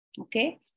Okay